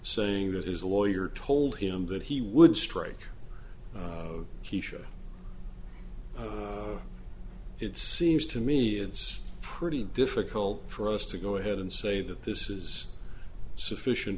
saying that is a lawyer told him that he would strike keesha it seems to me it's pretty difficult for us to go ahead and say that this is sufficient